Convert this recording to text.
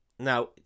Now